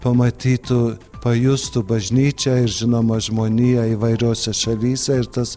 pamatytų pajustų bažnyčią ir žinoma žmoniją įvairiose šalyse ir tas